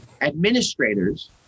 administrators